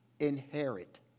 Inherit